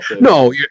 No